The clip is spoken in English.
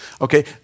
Okay